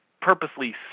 purposely